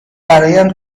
برایم